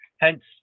hence